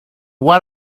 what